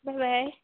bye bye